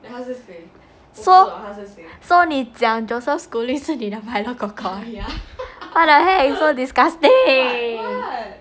so so 你讲 joseph schooling 是你的 milo kor kor what the heck so disgusting